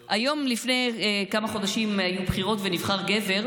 היום, לפני כמה חודשים היו בחירות ונבחר גבר,